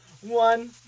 One